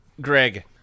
Greg